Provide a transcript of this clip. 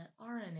RNA